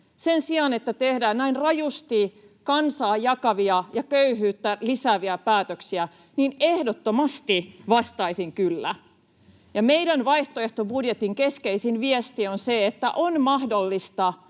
sen sijaan, että tehdään näin rajusti kansaa jakavia ja köyhyyttä lisääviä päätöksiä, niin ehdottomasti vastaisin ”kyllä”. Meidän vaihtoehtobudjetin keskeisin viesti on se, että on mahdollista